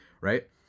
right